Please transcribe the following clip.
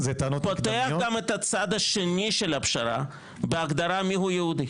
פותח גם את הצד השני של הפשרה בהגדרה מיהו יהודי.